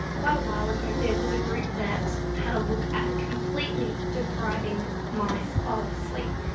quite a while ago there was a group that had a look at completely depriving mice of sleep.